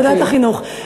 ועדת החינוך.